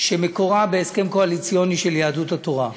שמקורה בהסכם קואליציוני של יהדות התורה.